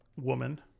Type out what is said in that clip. woman